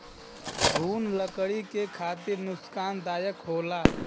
घुन लकड़ी के खातिर नुकसानदायक होला